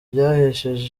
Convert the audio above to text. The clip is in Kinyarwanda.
byahesheje